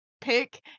pick